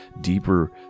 deeper